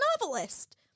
novelist